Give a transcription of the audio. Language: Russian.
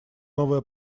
новое